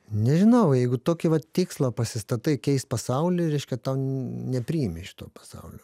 nežinau jeigu tokį vat tikslą pasistatai keist pasaulį reiškia tau nepriimi šito pasaulio